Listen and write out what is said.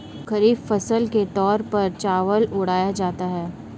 खरीफ फसल के तौर पर चावल उड़ाया जाता है